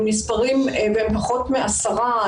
הם מספרים של פחות מעשרה,